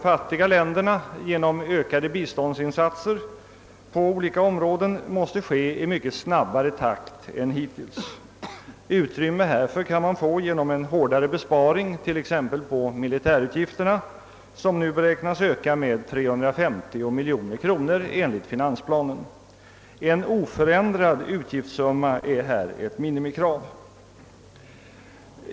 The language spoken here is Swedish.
fattiga länderna genom ökade biståndsinsatser på olika områden måste ske i mycket snabbare takt än hittills. Utrymme härför kan man få genom en hårdare besparing, t.ex. på militärutgifterna, som nu beräknas öka med 350 miljoner kronor enligt finansplanen. En oförändrad utgiftssumma är här ett minimikrav.